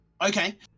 Okay